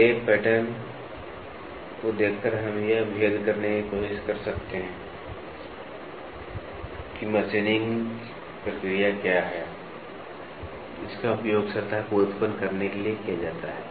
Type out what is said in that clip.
ले पैटर्न को देखकर हम यह भेद करने की कोशिश कर सकते हैं कि मशीनिंग प्रक्रिया क्या है जिसका उपयोग सतह को उत्पन्न करने के लिए किया जाता है